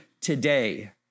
today